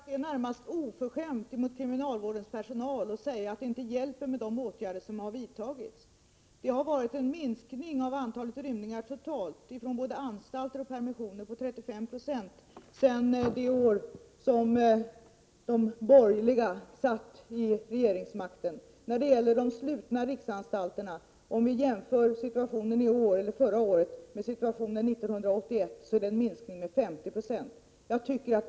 Fru talman! Det är närmast oförskämt mot kriminalvårdens personal att säga att de åtgärder som har vidtagits inte hjälper. Det totala antalet rymningar från både anstalter och permissioner har minskat med 35 26 sedan de år då de borgerliga satt i regeringsställning. I fråga om de slutna riksanstalterna har antalet rymningar minskat med 50 96, om vi jämför situationen förra året med situationen 1981.